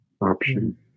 option